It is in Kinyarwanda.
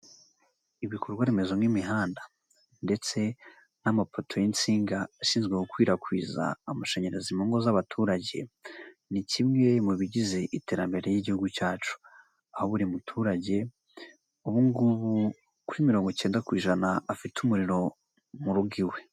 Ibikorwa remezo nk'imihanda ndetse n'amapoto y'insinga ashinzwe gukwirakwiza amashanyarazi mu ngo z'abaturage ni kimwe mu bigize iterambere ry'Igihugu cyacu, aho buri muturage ubu ngubu kuri mirongo cyenda ku ijana afite umuriro mu rugo iwe.